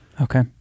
Okay